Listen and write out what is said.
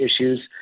issues